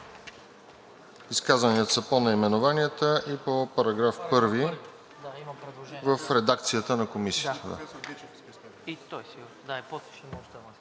Изказванията са по наименованията и по § 1 в редакцията на Комисията.